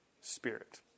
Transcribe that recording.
Spirit